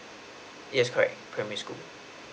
yes correct primary school